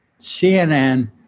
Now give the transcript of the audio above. CNN